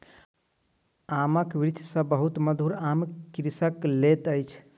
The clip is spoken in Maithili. आमक वृक्ष सॅ बहुत मधुर आम कृषक लैत अछि